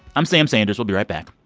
i'm sam sanders. we'll be right back